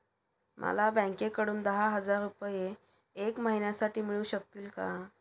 मला बँकेकडून दहा हजार रुपये एक महिन्यांसाठी मिळू शकतील का?